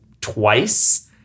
twice